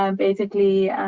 um basically,